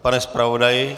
Pane zpravodaji?